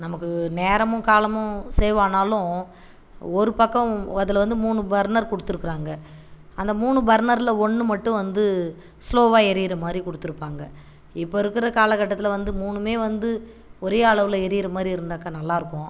நமக்கு நேரமும் காலமும் சேவ் ஆனாலும் ஒரு பக்கம் அதில் வந்து மூணு பர்னர் கொடுத்திருக்குறாங்க அந்த மூணு பர்னரால ஒன்று மட்டும் வந்து ஸ்லோவாக எரியுற மாதிரி கொடுத்துருப்பாங்க இப்போ இருக்கிற காலகட்டத்தில் வந்து மூணுமே வந்து ஒரே அளவில் எரியுற மாதிரி இருந்தாக்கா நல்லாருக்கும்